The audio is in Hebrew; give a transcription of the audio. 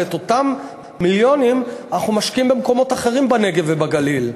ואת אותם מיליונים אנחנו משקיעים במקומות אחרים בנגב ובגליל,